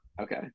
Okay